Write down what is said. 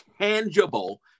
tangible